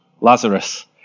Lazarus